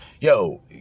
Yo